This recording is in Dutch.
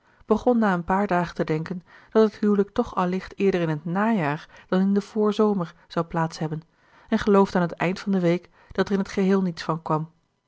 na een paar dagen te denken dat het huwelijk toch allicht eerder in t najaar dan in den voorzomer zou plaats hebben en geloofde aan t eind van de week dat er in t geheel niets van kwam